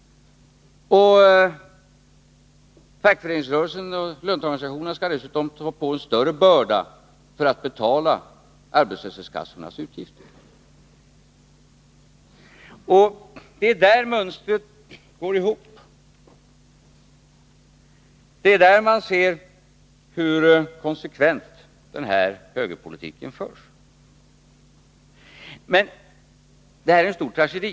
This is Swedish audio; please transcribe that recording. Fackföreningsrörelsen och löntagarorganisationerna skall dessutom ta på sig en större börda för att betala arbetslöshetskassornas utgifter. Det är där mönstret går ihop. Det är där man ser hur konsekvent denna högerpolitik förs. Detta är en stor tragedi.